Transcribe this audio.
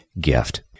gift